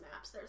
maps